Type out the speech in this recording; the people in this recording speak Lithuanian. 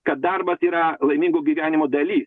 kad darbas yra laimingo gyvenimo dalis